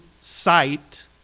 sight